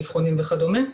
לאבחונים וכדומה.